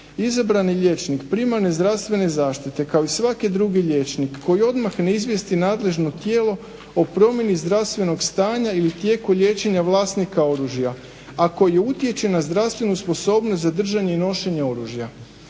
izabrani liječnik primarne zdravstvene zaštite kao i svaki drugi liječnik koji odmah ne izvijesti nadležno tijelo o promjeni zdravstvenog stanja ili tijeku liječenja vlasnika oružja, a koji utječe na zdravstvenu sposobnost za držanje i nošenje oružja.